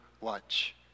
watch